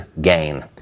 Gain